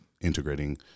integrating